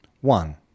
One